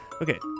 Okay